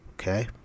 Okay